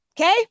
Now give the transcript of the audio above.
Okay